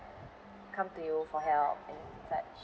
come to you for help and such